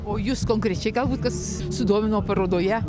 o jus konkrečiai galbūt kas sudomino parodoje